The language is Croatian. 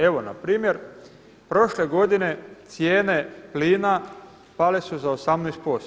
Evo npr. prošle godine cijene plina pale su za 18%